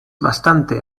bastante